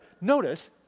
notice